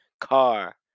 car